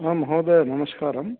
म महोदय नमस्कारः